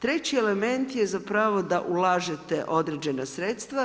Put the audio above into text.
Treći element je zapravo da ulažete određena sredstva.